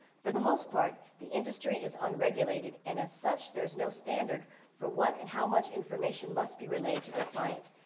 for the most part, the industry is unregulated and as such, there is no standard for what and how much information must be related to the client,